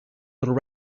little